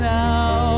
now